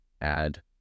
add